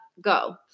Go